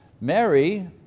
Mary